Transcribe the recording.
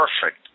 perfect